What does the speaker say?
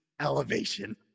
elevation